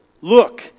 look